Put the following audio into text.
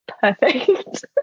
perfect